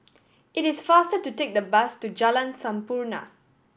it is faster to take the bus to Jalan Sampurna